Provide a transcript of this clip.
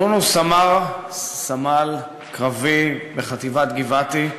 נ' הוא סמל קרבי בחטיבת גבעתי,